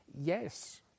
yes